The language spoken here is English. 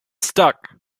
stuck